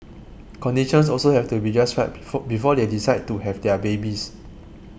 conditions also have to be just right before before they decide to have their babies